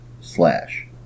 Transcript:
slash